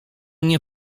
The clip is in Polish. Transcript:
nie